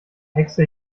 hexe